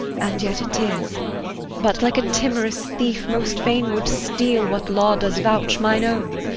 and yet it is but, like a timorous thief, most fain would steal what law does vouch mine own.